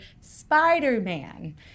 Spider-Man